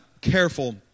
careful